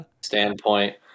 standpoint